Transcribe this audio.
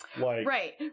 Right